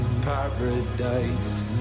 paradise